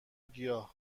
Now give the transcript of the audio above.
گیاه